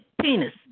penis